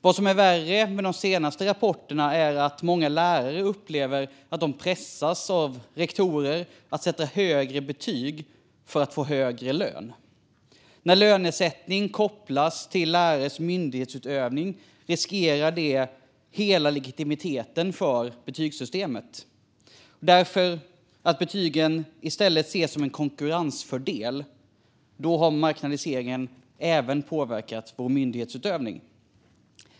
Vad som är värre med de senaste rapporterna är att många lärare upplever att de pressas av rektorer att sätta högre betyg för att få högre lön. När lönesättning kopplas till lärares myndighetsutövning riskerar det hela legitimiteten för betygssystemet. När betygen ses som en konkurrensfördel har marknadiseringen även påverkat vår myndighetsutövning.